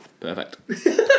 Perfect